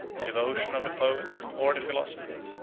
the devotion or the poet, or the philosopher,